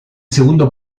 segundo